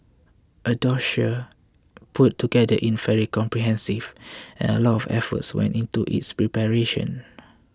the dossier put together in fairly comprehensive and a lot of effort went into its preparation